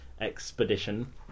expedition